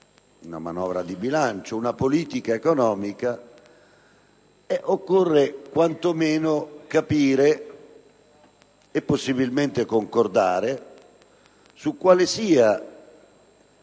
una manovra di bilancio, una politica economica, occorre quantomeno capire e possibilmente concordare su quale sia